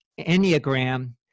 Enneagram